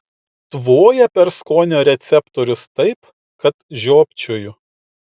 tvoja per skonio receptorius taip kad žiopčioju